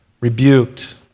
rebuked